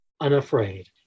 unafraid